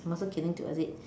muscle killing towards it